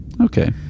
Okay